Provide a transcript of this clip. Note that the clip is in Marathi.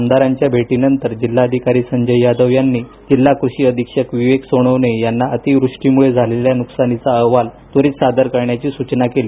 आमदारांच्या भेटीनंतर जिल्हाधिकारी संजय यादव यांनी जिल्हा कृषी अधीक्षक विवेक सोनवणे यांना अतिवृष्टीमुळे झालेल्या नुकसानीचा अहवाल त्वरित सादर करण्याची सुचना केली